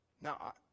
now